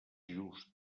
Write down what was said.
just